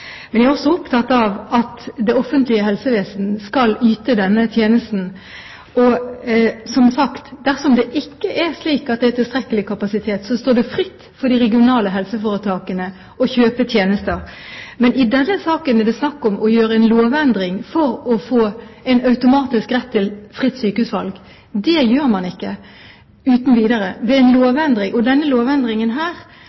Men jeg er også opptatt av at det offentlige helsevesen skal yte denne tjenesten. Og som sagt: Dersom det ikke er tilstrekkelig kapasitet, står det de regionale helseforetakene fritt å kjøpe tjenester. Men i denne saken er det snakk om å gjøre en lovendring for å få en automatisk rett til fritt sykehusvalg. Det gjør man ikke uten videre ved en